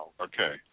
Okay